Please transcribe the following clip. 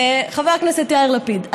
חבר הכנסת יאיר לפיד,